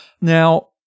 Now